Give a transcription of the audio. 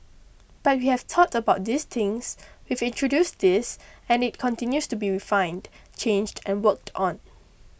but we have thought about these things we've introduced these and it continues to be refined changed and worked on